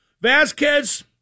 Vasquez